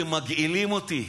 אתם מגעילים אותי.